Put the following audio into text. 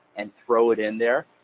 and throw it in there?